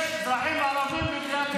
יש אזרחים ערבים במדינת ישראל.